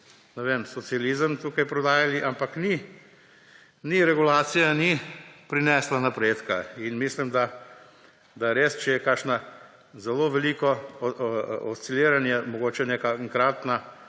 ne vem, socializem tukaj prodajali, ampak regulacija ni prinesla napredka. Mislim, da res, če je kakšno zelo veliko osciliranje, mogoče neka